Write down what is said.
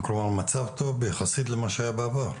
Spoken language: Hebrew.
מצב טוב יחסית למה שהיה בעבר.